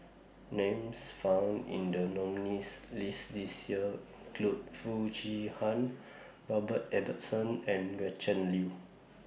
Names found in The nominees' list This Year include Foo Chee Han Robert Ibbetson and Gretchen Liu